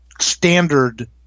standard